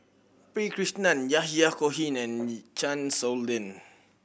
P Krishnan Yahya Cohen and Chan Sow Lin